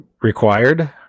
required